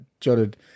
jotted